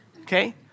okay